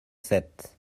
sept